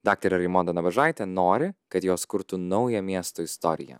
daktarė raimonda nabažaitė nori kad jos kurtų naują miesto istoriją